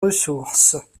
ressources